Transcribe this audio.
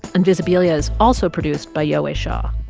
invisibilia is also produced by yowei shaw.